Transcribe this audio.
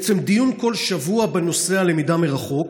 בעצם, דיון מדי שבוע בנושא הלמידה מרחוק.